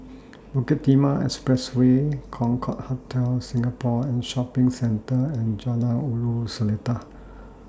Bukit Timah Expressway Concorde Hotel Singapore and Shopping Centre and Jalan Ulu Seletar